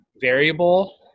variable